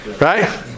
Right